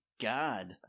God